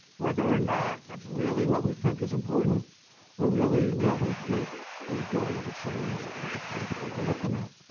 whether or not, that's really what we think is important or really what we think is going to change at the time period we're looking at.